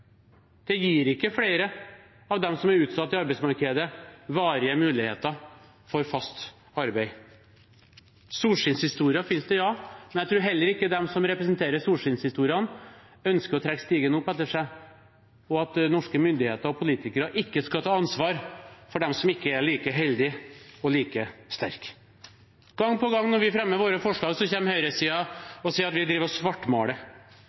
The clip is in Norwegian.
det er ikke oss dere hjelper. Det gir ikke flere av dem som er utsatt i arbeidsmarkedet, varige muligheter for fast arbeid. Solskinnshistorier finnes det, men jeg tror heller ikke de som representerer solskinnshistoriene, ønsker å trekke stigen opp etter seg, og at norske myndigheter og politikere ikke skal ta ansvar for dem som ikke er like heldige og like sterke. Gang på gang når vi fremmer våre forslag, kommer høyresiden og sier at vi driver